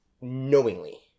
knowingly